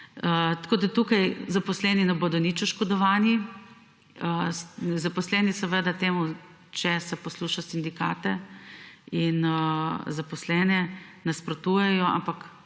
imajo. Tukaj zaposleni ne bodo nič oškodovani. Zaposleni seveda temu, če se posluša sindikate in zaposlene, nasprotujejo, ampak